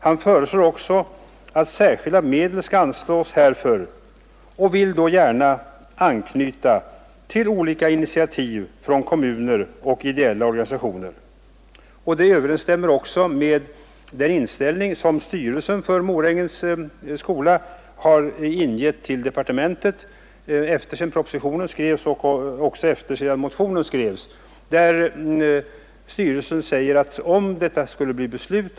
Han föreslår också att särskilda medel skall anslås härför och vill då gärna anknyta till olika initiativ från kommuner och ideella organisationer. Det överensstämmer också med den skrivelse som styrelsen för Morängens skola har ingivit till departementet sedan propositionen och även motionen hade skrivits.